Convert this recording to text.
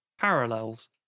Parallels